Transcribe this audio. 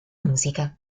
musica